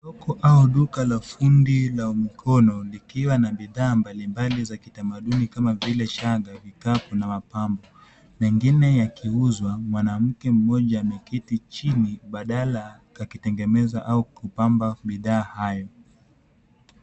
Soko au duka la fundi la mkono likiwa na bidhaa mbalimbali za kitamaduni kama vile shanga, vikapu na mapambo, mengine yakiuzwa. Mwanamke mmoja ameketi chini badala akitengeneza au kupamba bidhaa hayo.